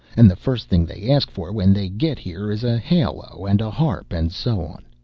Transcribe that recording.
and the first thing they ask for when they get here is a halo and a harp, and so on.